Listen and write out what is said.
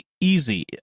easy